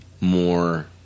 more